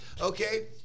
Okay